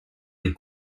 les